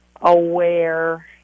aware